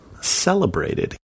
celebrated